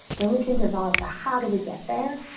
then we can develop the, how do we get there.